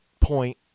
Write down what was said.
point